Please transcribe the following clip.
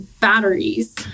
batteries